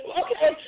okay